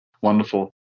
Wonderful